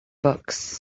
books